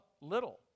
little